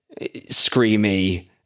screamy